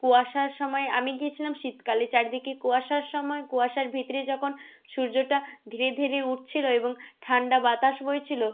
কুয়াশার সময় আমি গিয়েছিলাম শীতকালে চারিদিকে কুয়াশার সময় কুয়াশার ভিতরে যখন সূর্যটা ধীরে ধীরে উঠছিল এবং ঠান্ডা বাতাস বইছিল